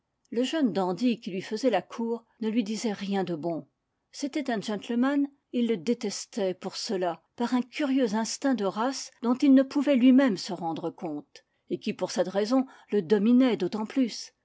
le jeune dandy qui lui faisait la cour ne lui disait rien de bon c'était un gentleman et il le détestait pour cela par un curieux instinct de race dont il ne pouvait lui-même se rendre compte et qui pour cette raison le dominait d'autant plus